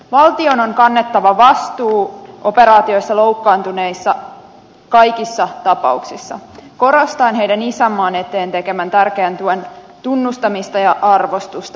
valtion on kannettava vastuu operaatioissa loukkaantuneista kaikissa tapauksissa korostaen heidän isänmaan eteen tekemänsä tärkeän työn tunnustamista ja arvostusta